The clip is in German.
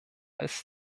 als